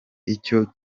icyo